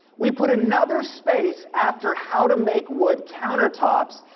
we put another space after how to make wood countertops,